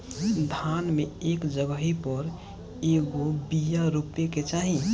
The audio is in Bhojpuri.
धान मे एक जगही पर कएगो बिया रोपे के चाही?